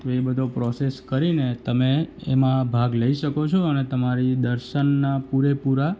તો એ બધો પ્રોસેસ કરીને તમે એમાં ભાગ લઈ શકો છો અને તમારી દર્શનના પૂરેપૂરા